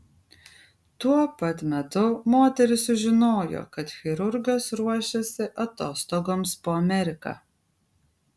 tuo pat metu moteris sužinojo kad chirurgas ruošiasi atostogoms po ameriką